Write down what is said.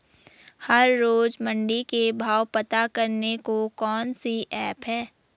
हर रोज़ मंडी के भाव पता करने को कौन सी ऐप है?